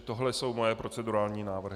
Tohle jsou moje procedurální návrhy.